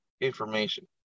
information